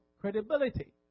credibility